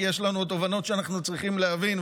כי יש לנו תובנות שאנחנו צריכים להבין,